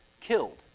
killed